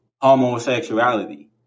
homosexuality